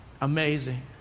amazing